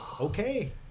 okay